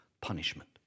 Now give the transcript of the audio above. punishment